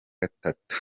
gatatu